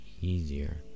easier